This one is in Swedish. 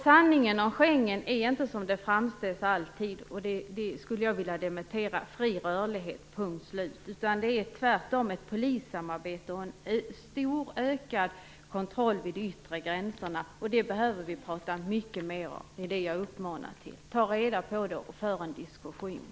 Sanningen om Schengen är inte, som det framställs, fri rörlighet. Det skulle jag vilja dementera. Det är tvärtom ett polissamarbete och en stor ökad kontroll vid de yttre gränserna. Det behöver vi prata mycket mer om. Det är det jag uppmanar till. Ta reda på detta och för en diskussion!